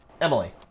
Emily